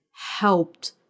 helped